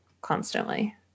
constantly